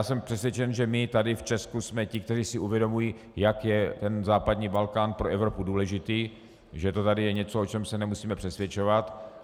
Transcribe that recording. Jsem přesvědčen, že my tady v Česku jsme ti, kteří si uvědomují, jak je západní Balkán pro Evropu důležitý, že to tady je něco, o čem se nemusíme přesvědčovat.